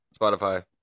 Spotify